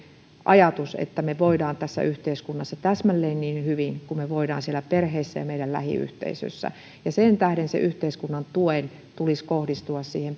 ajatus että me voimme tässä yhteiskunnassa täsmälleen niin hyvin kuin me voimme siellä perheissä ja meidän lähiyhteisössämme sen tähden yhteiskunnan tuen tulisi kohdistua